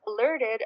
alerted